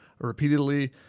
repeatedly